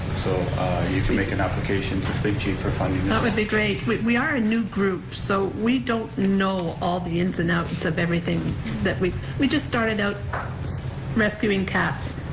so you can make an application to sleep cheap for funding. that would be great. we we are a new group so we don't know all the ins and outs of everything that we've, we just started out rescuing cats.